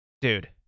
Dude